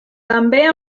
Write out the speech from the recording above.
també